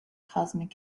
cosmic